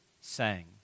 sang